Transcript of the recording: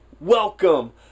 welcome